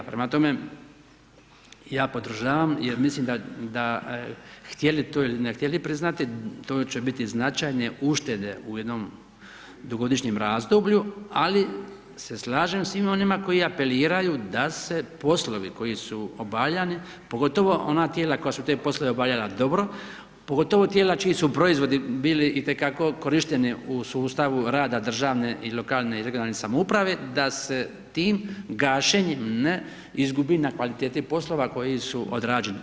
Prema tome, ja podržavam, jer mislim da htjeli to ili ne htjeli priznati, to će biti značajne uštede u jednom dugogodišnjem razdoblju, ali se slažem s svim onima koji apeliraju da se poslovi koji su obavljani, pogotovo ona tijela koja su te poslove obavljali dobro, pogotovo tijela čiji su proizvodi bili itekako korišteni u sustavu rada državne ili lokalne i regionalne samouprave, da se tim gašenjem ne izgubi na kvaliteti poslova, koji su odrađeni.